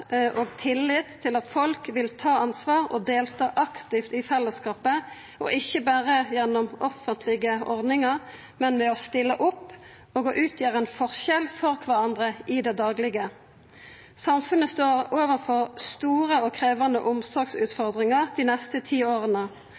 og tillit til at folk vil ta ansvar og delta aktivt i fellesskapet, ikkje berre gjennom offentlege ordningar, men ved å stilla opp og utgjera ein forskjell for kvarandre i det daglege. Samfunnet står overfor store og krevjande omsorgsutfordringar dei neste ti åra,